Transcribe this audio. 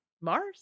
Mars